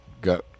got